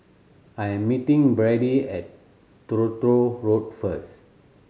I am meeting Bradly at Truro Road first